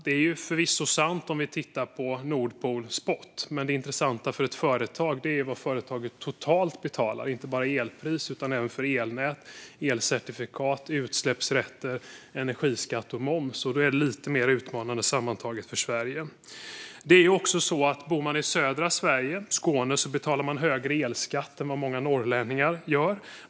Det är förvisso sant när vi tittar på Nordpool Spot, men det intressanta för ett företag är vad företaget totalt betalar, inte bara för själva elen utan för elnät, elcertifikat, utsläppsrätter, energiskatt och moms. Då blir det lite mer utmanande för Sverige. Bor man i södra Sverige betalar man dessutom högre elskatt än vad många norrlänningar gör.